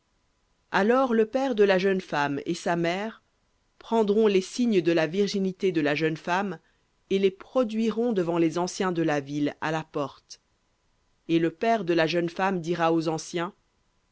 alors le père de la jeune femme et sa mère prendront les signes de la virginité de la jeune femme et les produiront devant les anciens de la ville à la porte et le père de la jeune femme dira aux anciens